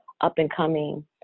up-and-coming